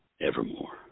evermore